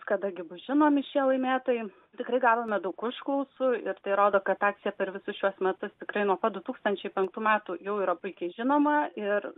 kada gi bus žinomi šie laimėtojai tikrai gavome daug užklausų ir tai rodo kad akcija per visus šiuos metus tikrai nuo pat du tūkstančiai penktų metų jau yra puikiai žinoma ir